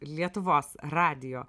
lietuvos radijo